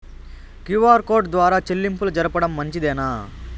QR code ద్వారా చెల్లింపులు జరపడం మంచిదేనా?